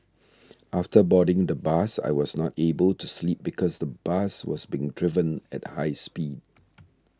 after boarding the bus I was not able to sleep because the bus was being driven at high speed